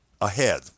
ahead